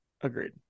Agreed